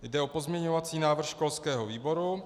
Jde o pozměňovací návrh školského výboru.